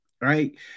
right